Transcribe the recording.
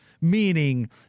meaning